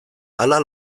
ala